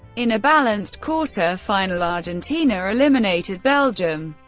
in a balanced quarter-final, argentina eliminated belgium,